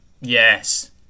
Yes